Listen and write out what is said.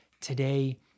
Today